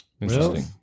Interesting